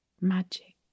magic